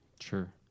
Sure